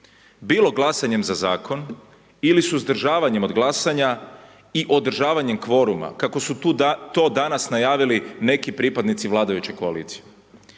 bilo glasanjem za zakon ili suzdržavanjem od glasanja i održavanjem kvoruma kako su to danas najavili neki pripadnici vladajuće koalicije.